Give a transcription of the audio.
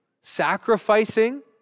sacrificing